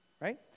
right